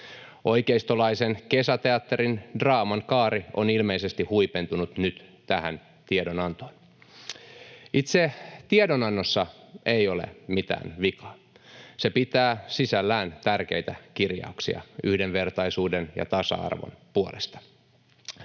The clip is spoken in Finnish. Oikeistolaisen kesäteatterin draaman kaari on ilmeisesti huipentunut nyt tähän tiedonantoon. Itse tiedonannossa ei ole mitään vikaa. Se pitää sisällään tärkeitä kirjauksia yhdenvertaisuuden ja tasa-arvon puolesta.